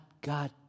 God